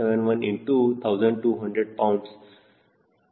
71 into 1200 pound 0